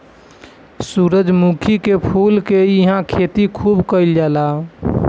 सूरजमुखी के फूल के इहां खेती खूब कईल जाला